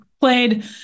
played